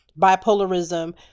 bipolarism